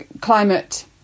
climate